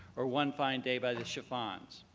or one fine day by the chiffons.